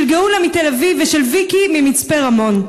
של גאולה מתל-אביב ושל ויקי ממצפה-רמון.